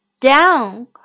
down